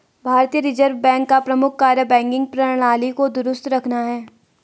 भारतीय reserve bank का प्रमुख कार्य बैंकिंग प्रणाली को दुरुस्त रखना है